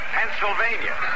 Pennsylvania